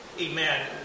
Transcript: Amen